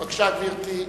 בבקשה, גברתי.